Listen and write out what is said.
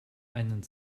einen